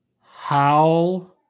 Howl